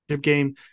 game